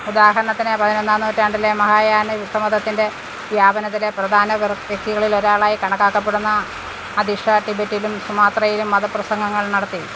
ഉദാഹരണത്തിന് പതിനൊന്നാം നൂറ്റാണ്ടിലെ മഹായാന ബുദ്ധമതത്തിന്റെ വ്യാപനത്തിലെ പ്രധാന വ്യക്തികളിൽ ഒരാളായി കണക്കാക്കപ്പെടുന്ന അതിഷ ടിബറ്റിലും സുമാത്രയിലും മതപ്രസംഗങ്ങള് നടത്തി